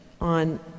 on